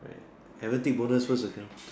haven't take bonus so account